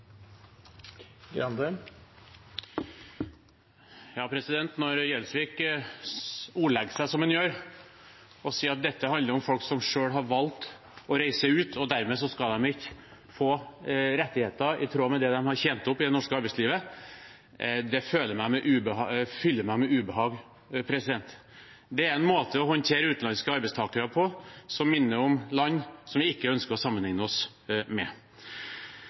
Når representanten Gjelsvik ordlegger seg som han gjør, og sier at dette handler om folk som selv har valgt å reise ut, og at de dermed ikke skal få rettigheter i tråd med det de har tjent opp i det norske arbeidslivet – det fyller meg med ubehag. Det er en måte å håndtere utenlandske arbeidstakere på som minner om land som vi ikke ønsker å sammenligne oss med.